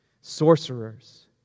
sorcerers